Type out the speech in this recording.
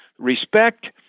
respect